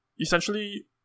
Essentially